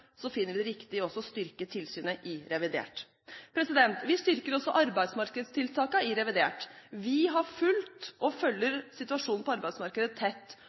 finner vi det riktig å styrke tilsynet i revidert. Vi styrker også arbeidsmarkedstiltakene i revidert. Vi har fulgt og følger situasjonen på arbeidsmarkedet tett